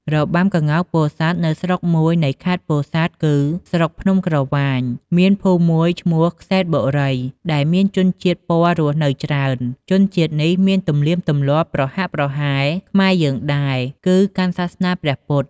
របាំក្ងោកពោធិ៍សាត់នៅស្រុកមួយនៃខេត្តពោធិ៍សាត់គឺ ស្រុកភ្នំក្រវាញមានភូមិមួយឈ្មោះក្សេត្របុរី ដែលមានជនជាតិព័ររស់នៅច្រើន ជនជាតិនេះមានទំនៀមទម្លាប់ប្រហាក់ប្រហែលខ្មែរយើងដែរ គឺកាន់សាសនាព្រះពុទ្ធ។